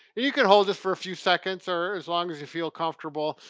you can hold it for a few seconds or as long as you feel comfortable.